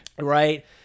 Right